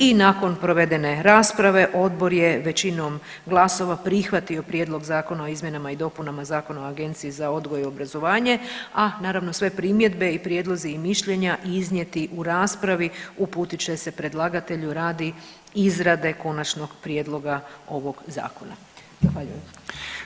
I nakon provedene rasprave odbor je većinom glasova prihvatio Prijedlog zakona o izmjenama i dopunama Zakona o Agenciji za odgoj i obrazovanje, a naravno sve primjedbe i prijedlozi i mišljenja iznijeti u raspravi uputit će se predlagatelju radi izrade konačnog prijedloga ovog zakona.